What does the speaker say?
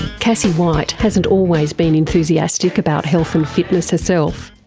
cassie white hasn't always been enthusiastic about health and fitness herself.